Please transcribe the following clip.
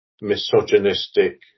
misogynistic